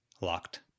Locked